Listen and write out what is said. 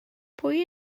pwy